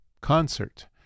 concert